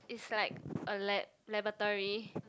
is like a lab laboratory